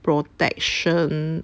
protection